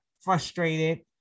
frustrated